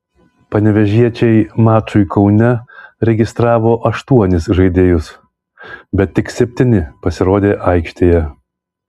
panevėžiečiai mačui kaune registravo aštuonis žaidėjus bet tik septyni pasirodė aikštėje